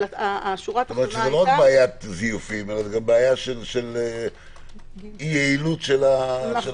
אבל זה לא רק בעיית זיופים אלא גם של יעילות הזיהוי.